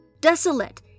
desolate